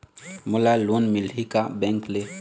मोला लोन मिलही का बैंक ले?